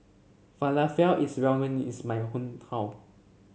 falafel is well of knees in my hometown